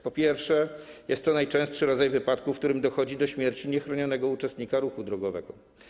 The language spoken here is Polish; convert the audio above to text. Po pierwsze - jest to najczęstszy rodzaj wypadku, w którym dochodzi do śmierci niechronionego uczestnika ruchu drogowego.